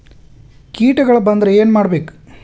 ಕೇಟಗಳ ಬಂದ್ರ ಏನ್ ಮಾಡ್ಬೇಕ್?